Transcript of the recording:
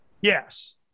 Yes